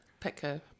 Petco